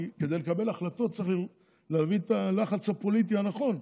כדי לקבל החלטות צריך להבין את הלחץ הפוליטי הנכון.